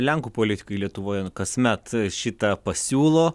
lenkų politikai lietuvoje kasmet šitą pasiūlo